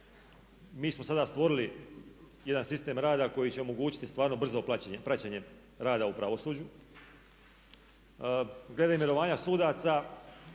Mi smo sada stvorili jedan sistem rada koji će omogućiti stvarno brzo praćenje rada u pravosuđu. Glede imenovanja sudaca